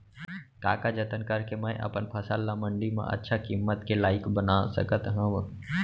का का जतन करके मैं अपन फसल ला मण्डी मा अच्छा किम्मत के लाइक बना सकत हव?